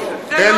ושלום,